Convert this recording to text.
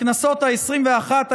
לכנסות העשרים-ואחת,